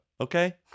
Okay